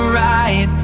right